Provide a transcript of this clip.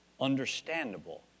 understandable